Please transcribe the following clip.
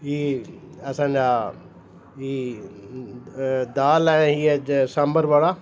ई असांजा ई दाल आहे ईअं सांभर वड़ा